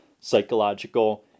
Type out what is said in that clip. psychological